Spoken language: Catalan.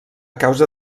causa